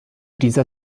dieser